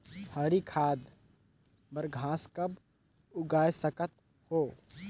हरी खाद बर घास कब उगाय सकत हो?